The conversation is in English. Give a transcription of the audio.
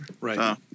Right